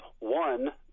one